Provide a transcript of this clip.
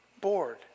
bored